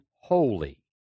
holy